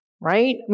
right